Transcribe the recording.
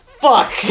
fuck